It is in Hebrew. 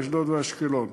אשדוד ואשקלון.